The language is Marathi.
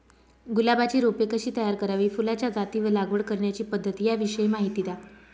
गुलाबाची रोपे कशी तयार करावी? फुलाच्या जाती व लागवड करण्याची पद्धत याविषयी माहिती द्या